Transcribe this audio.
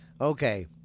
okay